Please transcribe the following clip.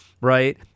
Right